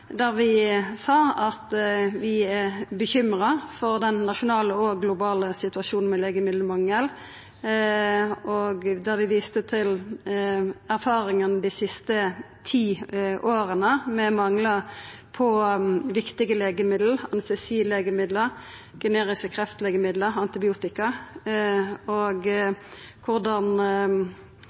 nasjonale og globale situasjonen med legemiddelmangel, og vi viste til erfaringane dei siste ti åra med manglar på viktige legemiddel – anestesilegemiddel, generiske kreftlegemiddel, antibiotika.